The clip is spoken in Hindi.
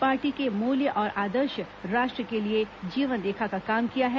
पार्टी के मूल्य और आदर्श राष्ट्र के लिए जीवन रेखा का काम किया है